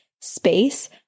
space